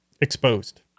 exposed